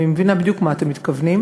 אני מבינה בדיוק למה אתם מתכוונים.